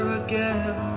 again